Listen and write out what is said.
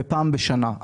ופעם בשנה.